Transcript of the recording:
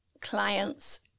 clients